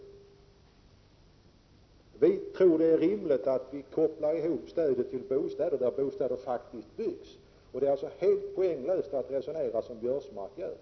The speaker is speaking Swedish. Vi socialdemokrater tror att det är rimligt att koppla stödet till de bostäder som faktiskt byggs. Det är alltså helt poänglöst att resonera som Biörsmark gör.